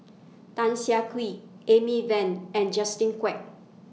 Tan Siah Kwee Amy Van and Justin Quek